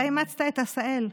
אתה אימצת את עשהאל.